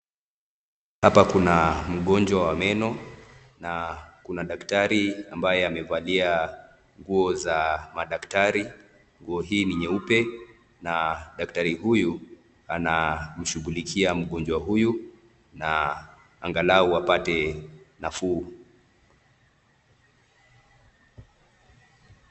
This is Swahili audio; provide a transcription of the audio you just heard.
Hapa kuna mgonjwa wa meno na kuna daktari mbaye amevalia nguo za madaktari, nguo hii ni nyeupe na daktari huyu, anamshughulikia mgonjwa huyu na angalau apate, nafuu.